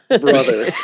brother